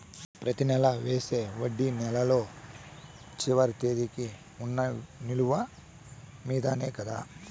ప్రతి నెల వేసే వడ్డీ నెలలో చివరి తేదీకి వున్న నిలువ మీదనే కదా?